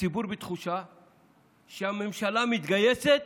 הציבור בתחושה שהממשלה מתגייסת